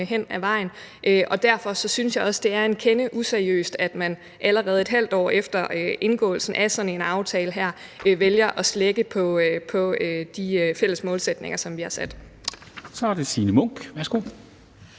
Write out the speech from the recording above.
hen ad vejen. Og derfor synes jeg også, det er en kende useriøst, at man allerede et halvt år efter indgåelsen af sådan en aftale her vælger at slække på de fælles målsætninger, som vi har sat. Kl. 10:52 Formanden (Henrik